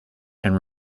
and